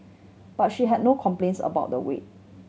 but she had no complaints about the wait